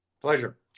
Pleasure